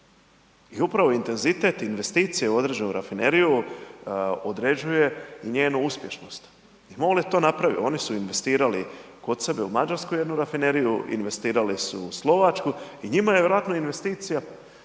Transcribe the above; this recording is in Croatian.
i upravo intenzitet investicije u određenu rafineriju određuje i njenu uspješnost. I MOL je to napravio, oni su investirali kod sebe u Mađarskoj, jednu rafineriju investirali su u Slovačku i njima je vjerojatno investicija